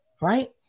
right